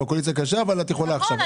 בקואליציה קשה אבל את יכולה עכשיו --- נכון,